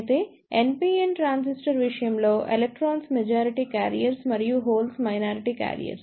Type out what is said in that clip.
అయితే NPN transistors విషయంలో electrons majority carriers మరియు హోల్స్ మైనారిటీ కారియర్స్